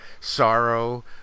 sorrow